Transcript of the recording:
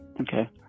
Okay